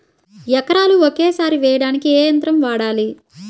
ఎకరాలు ఒకేసారి వేయడానికి ఏ యంత్రం వాడాలి?